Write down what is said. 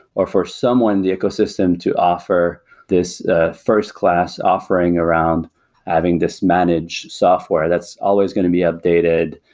or for someone the ecosystem to offer this ah first-class offering around having this managed software that's always going to be updated,